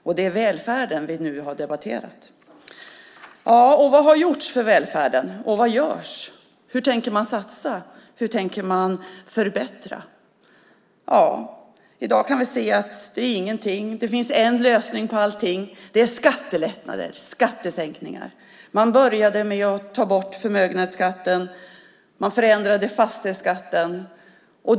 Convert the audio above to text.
Och det är välfärden vi nu har debatterat. Vad har gjorts för välfärden, och vad görs? Hur tänker man satsa? Hur tänker man förbättra? I dag kan vi se att det är ingenting. Det finns en lösning på allting. Det är skattelättnader, skattesänkningar. Man började med att ta bort förmögenhetsskatten. Man förändrade fastighetsskatten.